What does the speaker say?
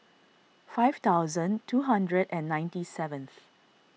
five thousand two hundred and ninety seventh